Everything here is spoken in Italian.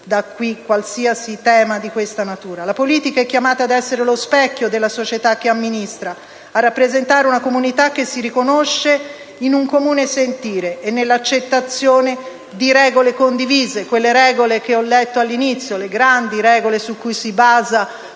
bandito qualsiasi tema di questa natura. La politica è chiamata ad essere lo specchio della società che amministra, a rappresentare una comunità che si riconosce in un comune sentire e nell'accettazione di regole condivise, quelle regole che ho letto all'inizio: le grandi regole su cui si basa